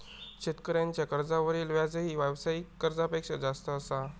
शेतकऱ्यांच्या कर्जावरील व्याजही व्यावसायिक कर्जापेक्षा जास्त असा